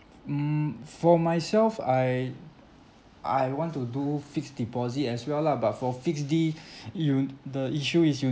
mm for myself I I want to do fixed deposit as well lah but for fixed D you the issue is you